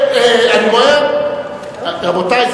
רבותי,